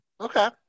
Okay